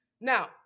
Now